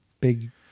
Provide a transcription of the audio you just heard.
big